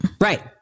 Right